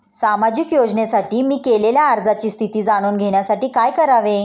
सामाजिक योजनेसाठी मी केलेल्या अर्जाची स्थिती जाणून घेण्यासाठी काय करावे?